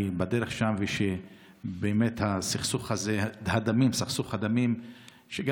היא בדרך ושסכסוך הדמים הזה,